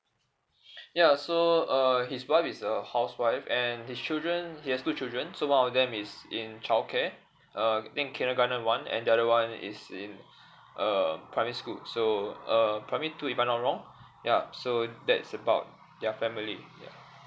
ya so err his wife is a housewife and his children he has two children so one of them is in childcare uh think kindergarten one and the other one is in err primary school so uh primary two if I'm not wrong yup so that's about their family yup